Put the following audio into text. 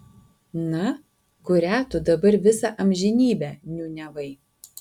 na kurią tu dabar visą amžinybę niūniavai